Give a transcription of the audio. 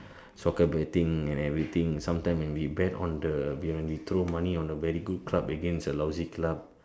soccer betting and everything sometimes when we bet on the when we throw money on the very good club against the lousy club